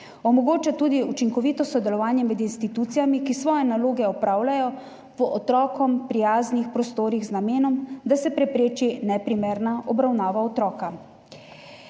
Omogoča tudi učinkovito sodelovanje med institucijami, ki svoje naloge opravljajo v otrokom prijaznih prostorih z namenom, da se prepreči neprimerna obravnava otroka.